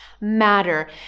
matter